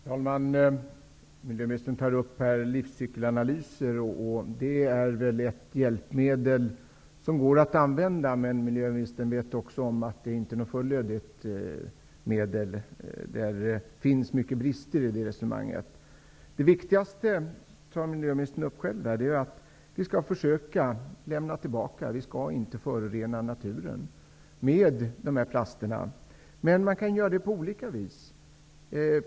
Herr talman! Miljöministern tar upp livscykelanalyser. Det är ett hjälpmedel som går att använda. Men miljöministern vet också att det inte är något fullödigt medel. Det finns många brister i det resonemanget. Det viktigaste är att vi skall försöka lämna tillbaka, och det tar också miljöministern upp. Vi skall inte förorena naturen med dessa plaster. Men man kan göra det på olika vis.